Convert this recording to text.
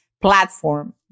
platform